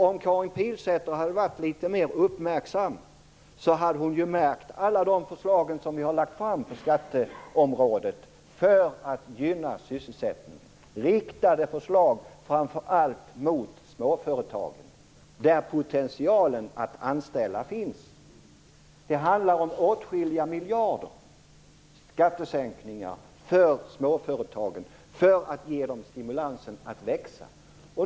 Om Karin Pilsäter hade varit litet mer uppmärksam hade hon ju märkt alla de förslag som vi har lagt fram på skatteområdet för att gynna sysselsättningen, förslag riktade framför allt till småföretagen där potentialen att anställa finns. Det handlar om åtskilliga miljarder i skattesänkningar för att ge småföretagen stimulans att växa.